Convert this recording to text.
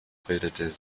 bildet